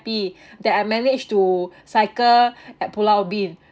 that I managed to cycle at pulau ubin